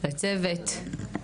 לצוות,